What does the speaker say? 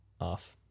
Off